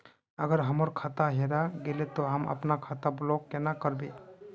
अगर हमर खाता हेरा गेले ते हम अपन खाता ब्लॉक केना करबे?